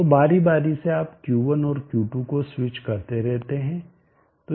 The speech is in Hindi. तो बारी बारी से आप Q1 और Q2 को स्विच करते रहते हैं